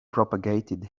propagated